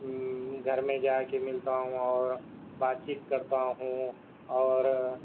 گھر میں جا کے ملتا ہوں اور بات چیت کرتا ہوں اور